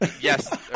Yes